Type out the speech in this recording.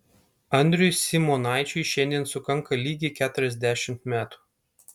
andriui simonaičiui šiandien sukanka lygiai keturiasdešimt metų